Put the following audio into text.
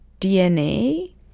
DNA